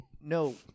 no